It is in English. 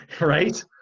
right